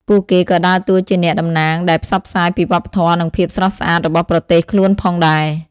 ពួកគេក៏ដើរតួជាអ្នកតំណាងដែលផ្សព្វផ្សាយពីវប្បធម៌និងភាពស្រស់ស្អាតរបស់ប្រទេសខ្លួនផងដែរ។